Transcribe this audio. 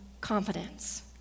confidence